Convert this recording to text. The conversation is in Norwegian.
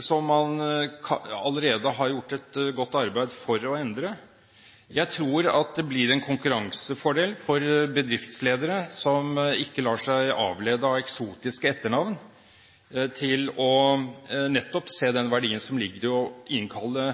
som man allerede har gjort et godt arbeid for å endre. Jeg tror det blir en konkurransefordel for bedriftsledere som ikke lar seg avlede av eksotiske etternavn, men som nettopp ser den verdien som ligger i å innkalle